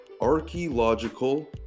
archaeological